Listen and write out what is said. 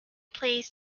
plays